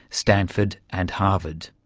stanford and harvard.